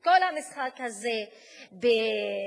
כל המשחק הזה בהפתעה